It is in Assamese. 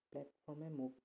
প্লেটফৰ্মে মোক